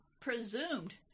presumed